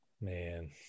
Man